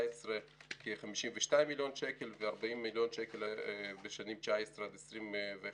כ-52 מיליון ש"ח ו-40 מיליון ש"ח בשנים 2019 ו-2021.